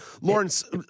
Lawrence